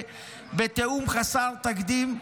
בתיאום חסר תקדים,